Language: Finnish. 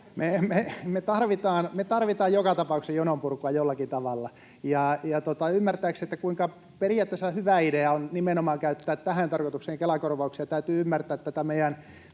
Me tarvitaan joka tapauksessa jononpurkua jollakin tavalla. Periaatteessa hyvä idea on nimenomaan käyttää tähän tarkoitukseen Kela-korvauksia. Täytyy ymmärtää tätä